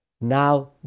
Now